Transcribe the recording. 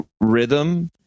rhythm